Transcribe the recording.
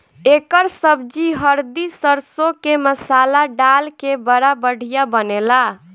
एकर सब्जी हरदी सरसों के मसाला डाल के बड़ा बढ़िया बनेला